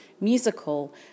musical